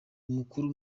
umukuru